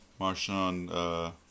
Marshawn